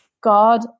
God